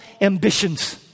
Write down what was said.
ambitions